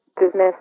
business